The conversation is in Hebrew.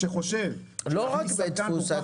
שחושב --- לא רק בית דפוס.